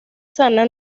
sana